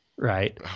Right